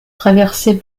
traversé